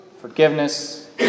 forgiveness